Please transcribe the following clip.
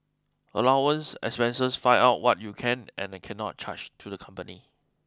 allowance and expenses find out what you can and cannot charge to the company